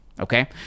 Okay